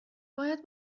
باید